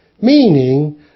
meaning